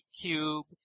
cube